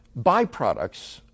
byproducts